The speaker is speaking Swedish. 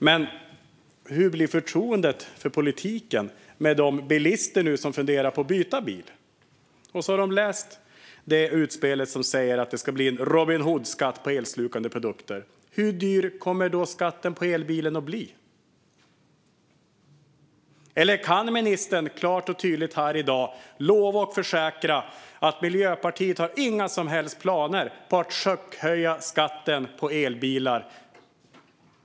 Men hur blir förtroendet för politiken hos de bilister som nu funderar på att byta bil? De har kanske läst det utspel som säger att det ska bli en Robin Hood-skatt på elslukande produkter. Hur dyr kommer skatten på elbilen att bli? Eller kan ministern klart och tydligt här i dag lova och försäkra att Miljöpartiet inte har några som helst planer på att chockhöja skatten på elbilar?